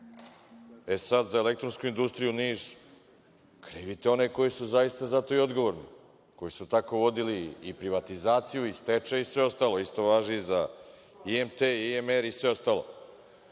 E, sad za elektronsku industriju u Nišu, krivite one koji su zaista za to i odgovorni, koji su tako vodili i privatizaciju i stečaj i sve ostalo. Sve važi i za IMT i IMR i sve ostalo. Dalje,